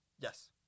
Yes